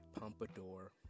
pompadour